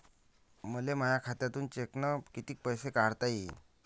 मले माया खात्यातून चेकनं कितीक पैसे काढता येईन?